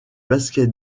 basket